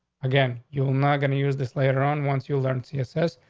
again, you're not gonna use this later on once you learn to yourself.